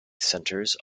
centres